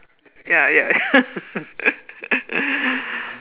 ya ya ya